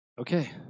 Okay